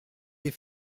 des